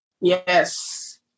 Yes